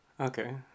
Okay